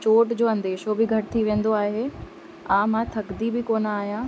चोट जो अंदेशो बि घटि थी वेंदो आहे हा मां थकंदी बि कोन आहियां